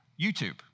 YouTube